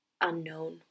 unknown